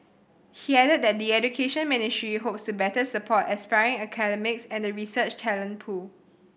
he added that the Education Ministry hopes to better support aspiring academics and the research talent pool